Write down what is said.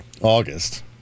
August